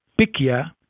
picia